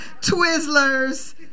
Twizzlers